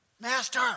master